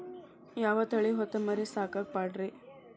ಯಾವ ತಳಿ ಹೊತಮರಿ ಸಾಕಾಕ ಪಾಡ್ರೇ?